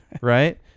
right